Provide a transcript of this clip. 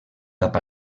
cap